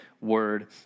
word